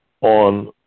on